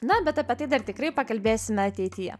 na bet apie tai dar tikrai pakalbėsime ateityje